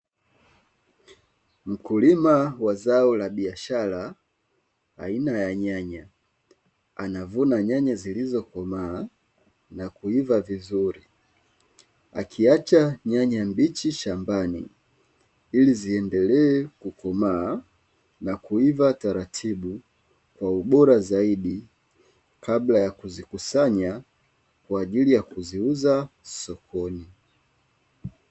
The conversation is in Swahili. Mkulima wa zao la biashara aina ya nyanya, anavuna nyanya zilizokomaa na kuiva vizuri, akiacha nyanya mbichi shambani ili ziendelee kukomaa na kuiva taratibu kwa ubora zaidi kabla ya kuzikusanya kwaajili ya kuziuza sokoni.